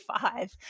five